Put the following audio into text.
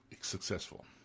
successful